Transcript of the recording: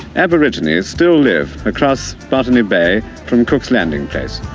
aborigines still live across botany bay from cook's landing place,